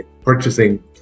purchasing